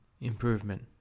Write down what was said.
improvement